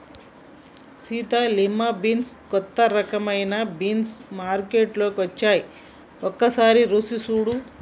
Sita lima bean కొత్త రకమైన beans మార్కేట్లో వచ్చాయి ఒకసారి రుచి సుడు